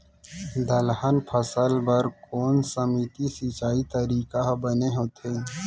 दलहन फसल बर कोन सीमित सिंचाई तरीका ह बने होथे?